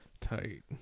tight